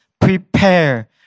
prepare